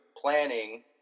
planning